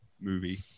movie